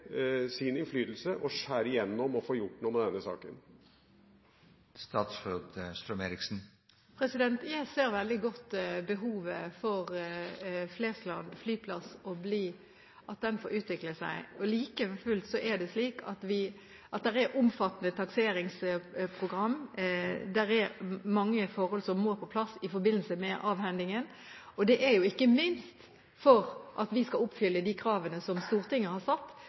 sin innflytelse og skjære igjennom, slik at man får gjort noe med denne saken. Jeg ser veldig godt behovet for at Flesland flyplass får utvikle seg. Like fullt er det slik at det er omfattende takseringsprogram og mange forhold som må på plass i forbindelse med avhendingen, ikke minst for at vi skal oppfylle de kravene som Stortinget har satt